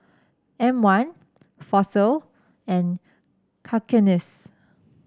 M one Fossil and Cakenis